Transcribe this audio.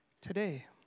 Today